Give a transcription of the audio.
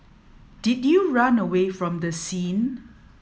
did you run away from the scene